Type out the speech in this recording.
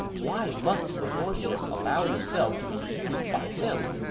why must your lordship allow yourself to be used by him?